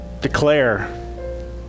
Declare